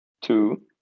two